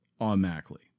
automatically